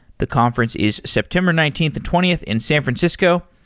the conference is september nineteenth and twentieth in san francisco.